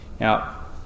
Now